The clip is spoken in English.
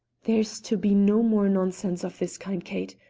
there's to be no more nonsense of this kind, kate,